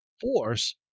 force